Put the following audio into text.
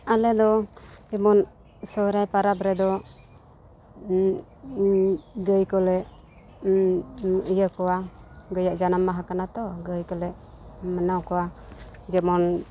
ᱟᱞᱮ ᱫᱚ ᱡᱮᱢᱚᱱ ᱥᱚᱦᱨᱟᱭ ᱯᱚᱨᱚᱵᱽ ᱨᱮᱫᱚ ᱜᱟᱹᱭ ᱠᱚᱞᱮ ᱤᱭᱟᱹ ᱠᱚᱣᱟ ᱜᱟᱹᱭ ᱡᱟᱱᱟᱢ ᱢᱟᱦᱟ ᱠᱟᱱᱟ ᱛᱚ ᱜᱟᱹᱭ ᱠᱚᱞᱮ ᱢᱟᱱᱟᱣ ᱠᱚᱣᱟ ᱡᱮᱢᱚᱱ